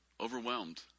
overwhelmed